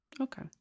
Okay